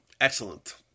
Excellent